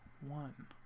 one